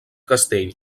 castell